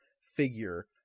figure